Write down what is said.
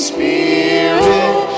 Spirit